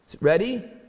Ready